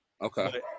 Okay